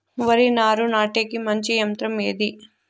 వరి నారు నాటేకి మంచి యంత్రం ఏది?